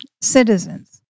citizens